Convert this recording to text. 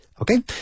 Okay